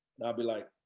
i'll be like,